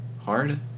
hard